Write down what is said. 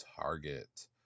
Target